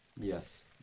Yes